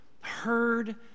heard